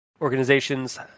organizations